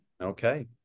Okay